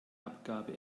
abgabe